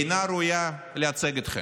אינה ראויה לייצג אתכם.